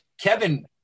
Kevin